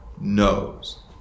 knows